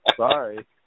Sorry